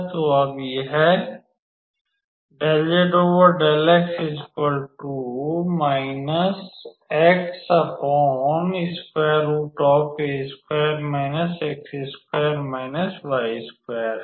तो अब यह है